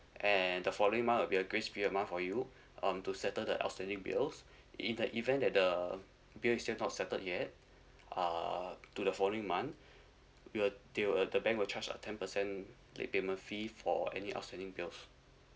and the following month will be the grace period month for you um to settle the outstanding bills if the event that the bill did not settled yet uh to the following month you will they will uh the bank will charge a ten percent late payment fee for any outstanding bills